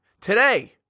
Today